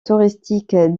touristique